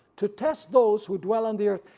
to test those who dwell on the earth.